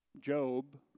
Job